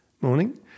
Morning